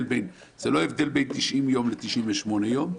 זה לא הבדל בין 90 יום ל-98 יום,